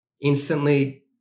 instantly